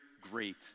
great